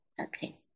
Okay